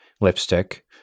lipstick